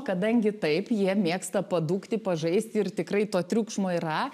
kadangi taip jie mėgsta padūkti pažaisti ir tikrai to triukšmo yra